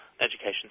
education